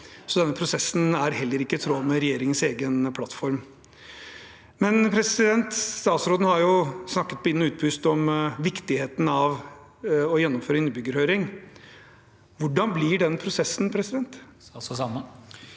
Så denne prosessen er heller ikke i tråd med regjeringens egen plattform. Statsråden har snakket på inn- og utpust om viktigheten av å gjennomføre innbyggerhøring. Hvordan blir den prosessen?